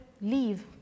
leave